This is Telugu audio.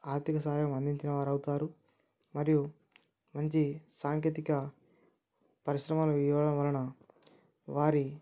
ఆర్థిక సహాయం అందించినవారవుతారు మరియు మంచి సాంకేతిక పరిశ్రమలు ఇవ్వడం వలన వారి